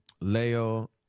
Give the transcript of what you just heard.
Leo